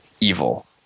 evil